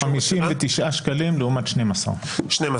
59 שקלים לעומת 12. (קריאות)